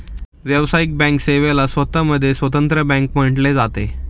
व्यावसायिक बँक सेवेला स्वतः मध्ये स्वतंत्र बँक म्हटले जाते